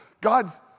God's